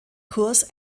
kurs